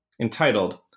entitled